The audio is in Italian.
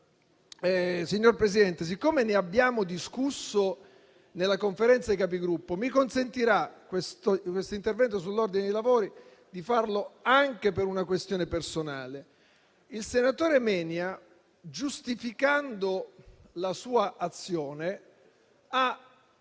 signor Presidente, siccome ne abbiamo discusso nella Conferenza dei Capigruppo, mi consentirà questo intervento sull'ordine dei lavori di farlo anche per una questione personale. Il senatore Menia, giustificando la sua azione, ha